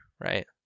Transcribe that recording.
right